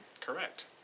Correct